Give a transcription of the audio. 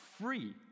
free